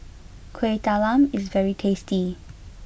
Kueh Talam is very tasty